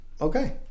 Okay